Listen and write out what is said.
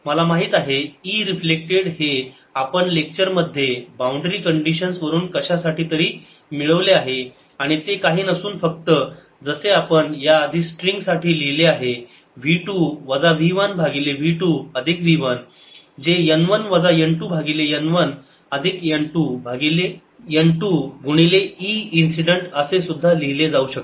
मला माहित आहे E रिफ्लेक्टेड हे आपण लेक्चर मध्ये बाउंड्री कंडीशन वरून कशासाठी तरी मिळवले आहे आणि ते काही नसून फक्त जसे आपण या आधी स्ट्रिंग साठी लिहिले आहे v 2 वजा v 1 भागिले v 2 अधिक v 1 जे n 1 वजा n2 भागिले n 1 अधिक n2 गुणिले E इन्सिडेंट असे सुद्धा लिहिले जाऊ शकते